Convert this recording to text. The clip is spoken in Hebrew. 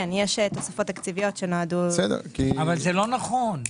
כן, יש תוספות תקציביות שנועדו -- זה לא נכון.